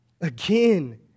Again